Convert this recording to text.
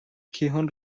کیهان